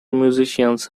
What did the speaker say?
musicians